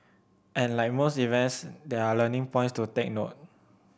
and like most events there are learning points to take note